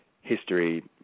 history